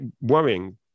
worrying